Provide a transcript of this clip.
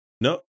No